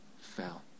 fell